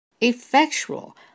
Effectual